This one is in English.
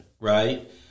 right